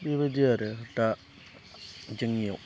बेबायदि आरो दा जोंनियाव